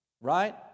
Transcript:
Right